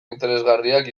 interesgarriak